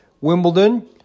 Wimbledon